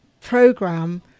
program